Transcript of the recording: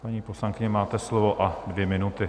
Paní poslankyně, máte slovo a dvě minuty.